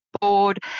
board